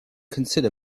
consider